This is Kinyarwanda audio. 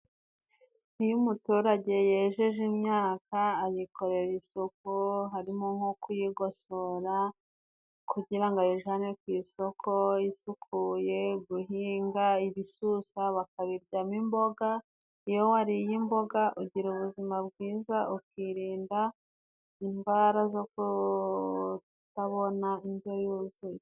Iyo umuturage yejeje imyaka ayikorera isuku harimo nko kuyigosora, kugira ngo ayijane ku isoko isukuye. guhinga ibisusa bakabiryamo imboga, iyo wariye imboga ugira ubuzima bwiza, ukirinda indwara zo kutabona indyo yuzuye.